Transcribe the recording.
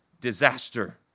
disaster